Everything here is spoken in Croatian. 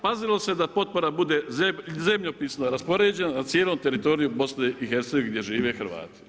Pazilo se da potpora bude zemljopisno raspoređena na cijelom teritoriju BiH gdje žive hrvati.